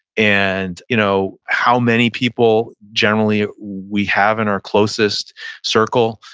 and you know how many people generally we have in our closest circle.